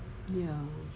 ya